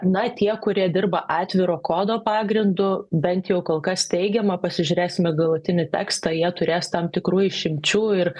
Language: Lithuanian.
na tie kurie dirba atviro kodo pagrindu bent jau kol kas teigiama pasižiūrėsime galutinį tekstą jie turės tam tikrų išimčių ir